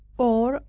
or,